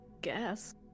guess